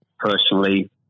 Personally